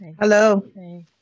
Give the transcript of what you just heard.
Hello